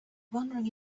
wondering